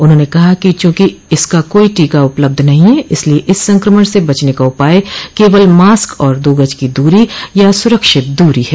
उन्होंने कहा कि चूंकि इसका कोई टीका उपलब्ध नहीं है इसलिए इस संक्रमण से बचने का उपाय केवल मास्क और दो गज की दूरी या सुरक्षित दूरी है